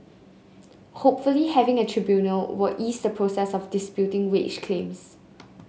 hopefully having a tribunal will ease the process of disputing wage claims